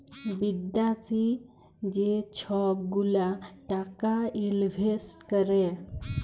বিদ্যাশি যে ছব গুলা টাকা ইলভেস্ট ক্যরে